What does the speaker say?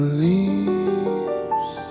leaves